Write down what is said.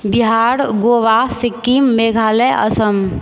Bihar Goa Sikkim Meghalaya Assam